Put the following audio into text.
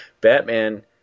Batman